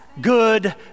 good